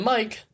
Mike